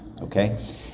okay